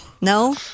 No